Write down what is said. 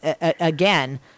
again